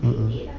mm